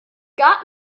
got